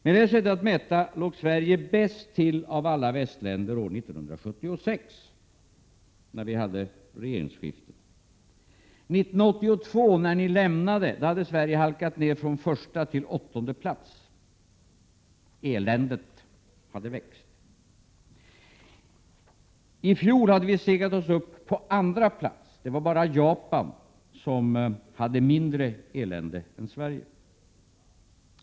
Med detta sätt att mäta låg Sverige bäst till av alla västländer år 1976, när vi hade regeringsskifte. År 1982, när ni lämnade regeringsmakten, hade Sverige halkat ned från första till åttonde plats. Eländet hade växt. I fjol hade vi segat oss upp på andra plats. Det vara bara Japan som hade mindre elände än Sverige.